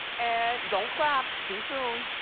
and don't clap too soon.